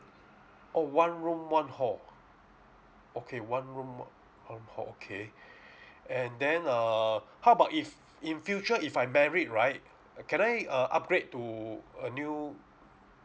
oh one room one hall okay one room o~ one hall okay and then err how about if in future if I married right uh can I uh upgrade to a new